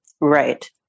right